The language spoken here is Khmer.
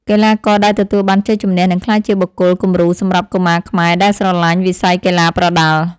កីឡាករដែលទទួលបានជ័យជំនះនឹងក្លាយជាបុគ្គលគំរូសម្រាប់កុមារខ្មែរដែលស្រឡាញ់វិស័យកីឡាប្រដាល់។